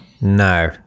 No